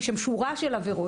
יש שם שורה של עבירות,